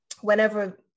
whenever